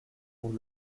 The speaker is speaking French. pour